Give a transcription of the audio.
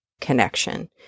connection